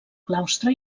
claustre